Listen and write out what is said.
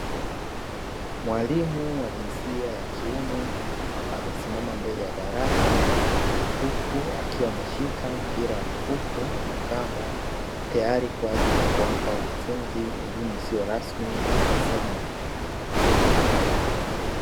Mwalimu wa jinsia ya kiume amesimama mbele ya darasa huku akiwa ameshika mpira wa mifuko na kanda tayari kwa ajili ya kuwapa wanafunzi elimu isiyo rasmi ya kufuma mipira.